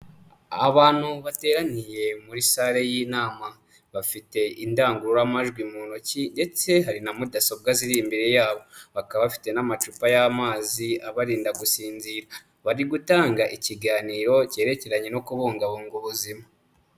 Abantu bateraniye muri sale y'inama, bafite indangururamajwi mu ntoki ndetse hari na mudasobwa ziri imbere yabo, bakaba bafite n'amacupa y'amazi abarinda gusinzira, bari gutanga ikiganiro cyerekeranye no kubungabunga ubuzima.